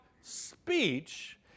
speech